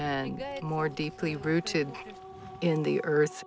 and more deeply rooted in the earth